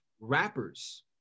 rappers